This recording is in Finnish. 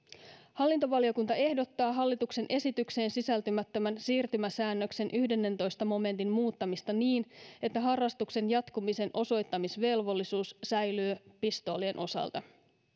hallintovaliokunta ehdottaa hallituksen esitykseen sisältymättömän siirtymäsäännöksen yhdennentoista momentin muuttamista niin että harrastuksen jatkumisen osoittamisvelvollisuus säilyy pistoolien osalta